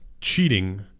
cheating